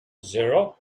zero